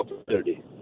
opportunity